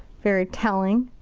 very telling.